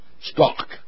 stock